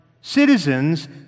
citizens